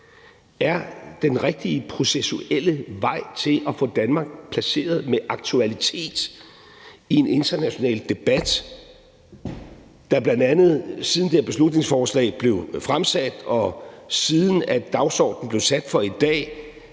er den rigtige processuelle vej til at få Danmark placeret med aktualitet i en international debat, der bl.a., siden det her beslutningsforslag blev fremsat, og siden dagsordenen blev sat for i dag,